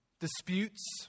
Disputes